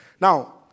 Now